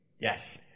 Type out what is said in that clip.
Yes